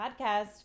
podcast